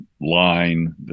line